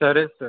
సరే సార్